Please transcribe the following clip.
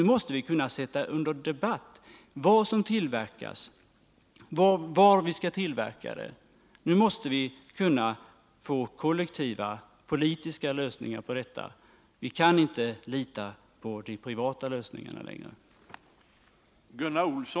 Vi måste kunna sätta under debatt vad som skall tillverkas och var det skall tillverkas. Nu måste vi få till stånd kollektiva politiska lösningar på problemen. Vi kan inte längre lita på att de privata krafterna skall lösa dem.